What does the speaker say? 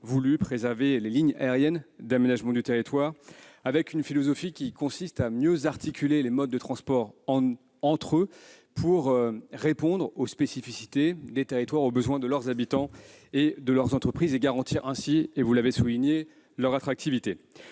voulu préserver les lignes aériennes d'aménagement du territoire selon une philosophie qui consiste à mieux articuler les modes de transport entre eux pour répondre aux spécificités des territoires et aux besoins de leurs habitants et de leurs entreprises, afin de garantir, comme vous l'avez souligné, leur attractivité.